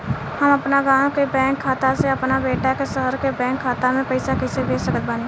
हम अपना गाँव के बैंक खाता से अपना बेटा के शहर के बैंक खाता मे पैसा कैसे भेज सकत बानी?